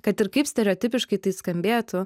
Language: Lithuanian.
kad ir kaip stereotipiškai tai skambėtų